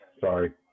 sorry